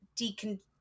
decon